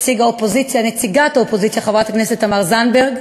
נציגת האופוזיציה, חברת הכנסת תמר זנדברג.